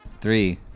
Three